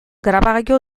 grabagailu